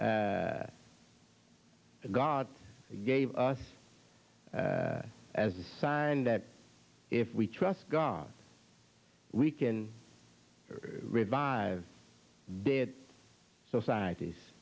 who god gave us as a sign that if we trust god we can revive dead so scientists